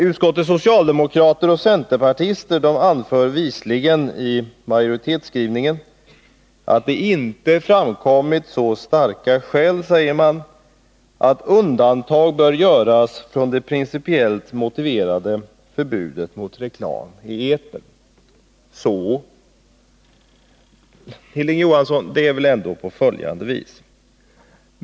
Utskottets socialdemokrater och centerpartister anför visligen i majoritetsskrivningen att det inte framkommit så starka skäl att undantag bör göras från det principiellt motiverade förbudet mot reklam i etern. Hilding Johansson! Det är väl ändå på följande vis.